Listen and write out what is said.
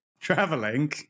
traveling